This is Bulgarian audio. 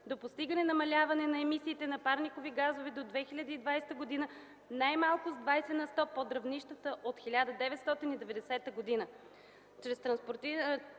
да постигне намаляване на емисиите на парникови газове до 2020 г. най-малко с 20 на сто под равнищата от 1990 г.